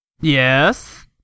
yes